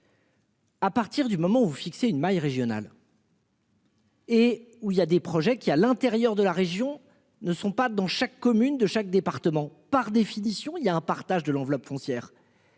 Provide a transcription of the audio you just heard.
À partir du moment où vous fixez une maille régionale. Et où il y a des projets qui, à l'intérieur de la région ne sont pas dans chaque commune de chaque département par définition il y a un partage de l'enveloppe foncière.